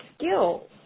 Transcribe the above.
skills